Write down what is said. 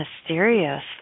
mysterious